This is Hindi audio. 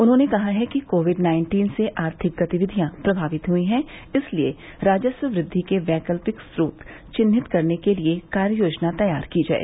उन्होंने कहा है कि कोविड नाइन्टीन से आर्थिक गतिविधियां प्रभावित हुई हैं इसलिए राजस्व वृद्वि के वैकल्यिक स्रोत चिन्हित करने के लिए कार्ययोजना तैयार की जाए